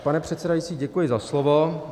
Pane předsedající, děkuji za slovo.